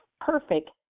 perfect